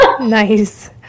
Nice